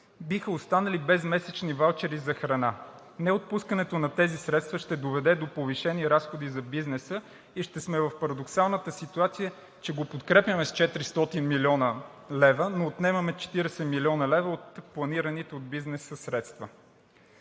биха останали без месечни ваучери за храна. Неотпускането на тези средства ще доведе до повишени разходи за бизнеса и ще сме в парадоксалната ситуация, че го подкрепяме с 400 млн. лв., но отнемане 40 млн. лв. от планираните за бизнеса средства.